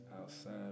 outside